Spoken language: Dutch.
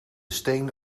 steen